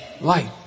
light